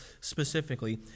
specifically